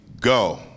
go